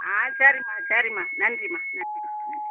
ஆ சரிம்மா சரிம்மா நன்றிம்மா நன்றிம்மா ஆ